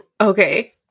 Okay